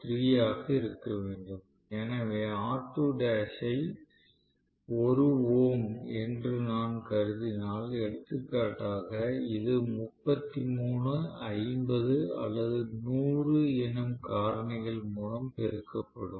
03 ஆக இருக்க வேண்டும் எனவே ஐ 1 ஓம் என்று நான் கருதினால் எடுத்துக்காட்டாக இது 33 50 அல்லது 100 என்னும் காரணிகள் மூலம் பெருக்கப்படும்